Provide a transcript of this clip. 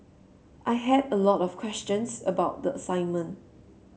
I had a lot of questions about the assignment